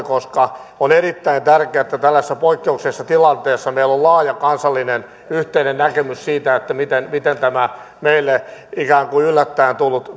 koska on erittäin tärkeää että tällaisessa poikkeuksellisessa tilanteessa meillä on laaja kansallinen yhteinen näkemys siitä miten miten tämä meille ikään kuin yllättäen tullut